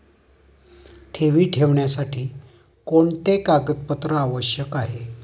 ठेवी ठेवण्यासाठी कोणते कागदपत्रे आवश्यक आहे?